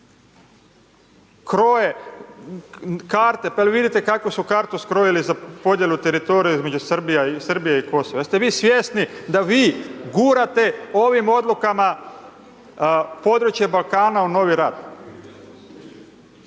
Kroje karte, pa je li vidite kakvu su kartu skrojili za podjelu teritorija između Srbije i Kosova? Pa jeste vi svjesni da vi gurate ovim odlukama područje Balkana u novi rat?